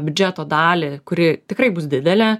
biudžeto dalį kuri tikrai bus didelė